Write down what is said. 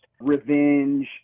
revenge